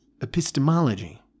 epistemology